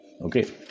Okay